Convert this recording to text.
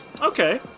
Okay